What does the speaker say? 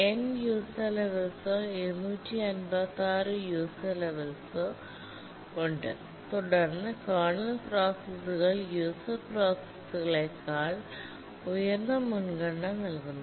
N user ലെവെൽസോ 256 user ലെവെൽസോ ഉണ്ട് തുടർന്ന് കേർണൽ പ്രോസസ്സുകൾ യൂസർ പ്രോസസ്സുകളേക്കാൾ ഉയർന്ന മുൻഗണന നൽകുന്നു